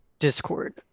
discord